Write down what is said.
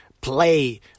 play